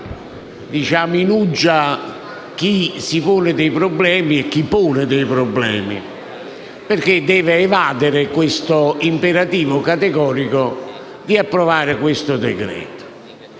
finanche in uggia chi si pone dei problemi e chi pone dei problemi, perché deve evadere l'imperativo categorico di approvare la conversione